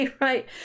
right